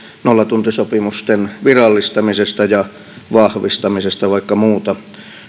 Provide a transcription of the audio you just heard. nollatuntisopimusten virallistamisesta ja vahvistamisesta vaikka muuta